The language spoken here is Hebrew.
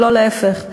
ולא להפך.